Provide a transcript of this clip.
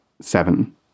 seven